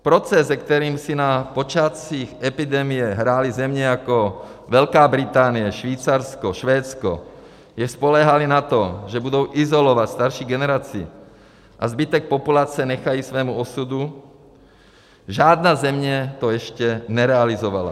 Proces, se kterým si na počátcích epidemie hrály země jako Velká Británie, Švýcarsko, Švédsko, že spoléhaly na to, že budou izolovat starší generaci a zbytek populace nechají osudu žádná země to ještě nerealizovala.